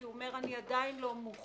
כי הוא אומר אני עדיין לא מוכן,